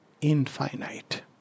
infinite